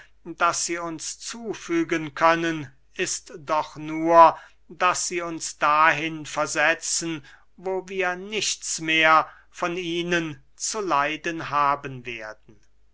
das sie uns zufügen können ist doch nur daß sie uns dahin versetzen wo wir nichts mehr von ihnen zu leiden haben werden